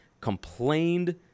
complained